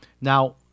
Now